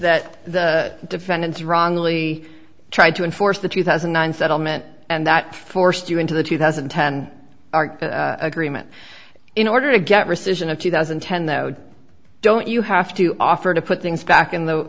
that the defendants wrongly tried to enforce the two thousand and nine settlement and that forced you into the two thousand and ten agreement in order to get rescission of two thousand and ten though don't you have to offer to put things back in the